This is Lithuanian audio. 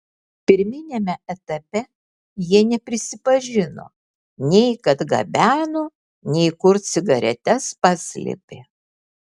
pirminiame etape jie neprisipažino nei kad gabeno nei kur cigaretes paslėpė